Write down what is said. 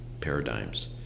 paradigms